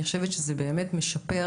אני חושבת שזה באמת משפר